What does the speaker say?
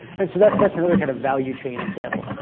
and so that's that's another kind of value chain example.